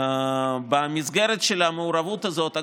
במסגרת של המעורבות הזאת,